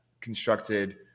constructed